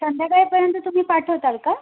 संध्याकाळपर्यंत तुम्ही पाठवताल का